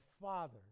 father